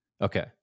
Okay